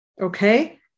Okay